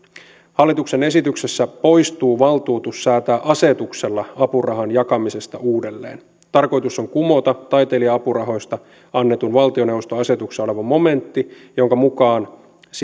hallituksen esityksessä poistuu valtuutus säätää asetuksella apurahan jakamisesta uudelleen tarkoitus on kumota taiteilija apurahoista annetussa valtioneuvoston asetuksessa oleva momentti jonka mukaan